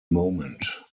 moment